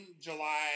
July